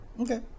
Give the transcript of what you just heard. Okay